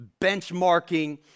benchmarking